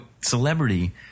celebrity